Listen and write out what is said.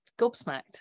gobsmacked